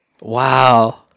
Wow